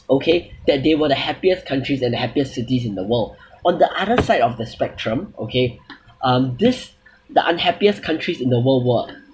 okay that they were the happiest countries and the happiest cities in the world on the other side of the spectrum okay um this the unhappiest countries in the world were